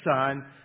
son